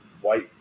white